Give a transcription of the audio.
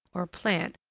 or plant,